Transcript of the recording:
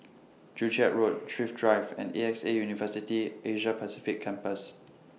Joo Chiat Road Thrift Drive and A X A University Asia Pacific Campus